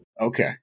Okay